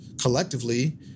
collectively